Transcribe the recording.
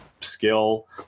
skill